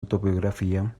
autobiografía